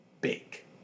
big